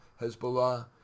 Hezbollah